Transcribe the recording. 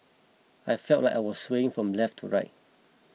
I felt like I was swaying from left to right